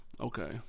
Okay